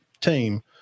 team